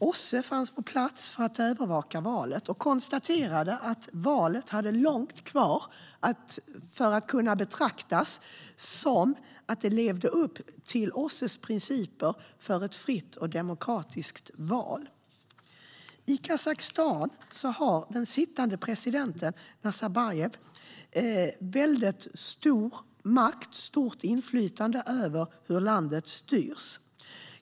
OSSE fanns på plats för att övervaka valet och konstaterade att det långt ifrån kunde anses leva upp till OSSE:s principer för ett fritt och demokratiskt val. I Kazakstan har den sittande presidenten Nazarbajev väldigt stor makt och stort inflytande över hur landet styrs.